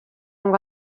ngo